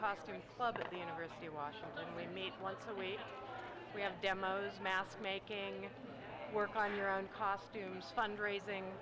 costume club at the university of washington we meet once a week we have demos mass making it work on your own costumes fundraising